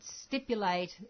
stipulate